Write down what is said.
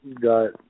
got